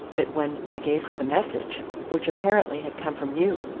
but when i gave her the message, which apparently had come from you,